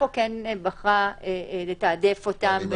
בגלל שהם יודעים שחלק יתבטלו על ידי הסנגורים,